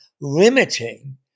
limiting